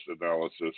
analysis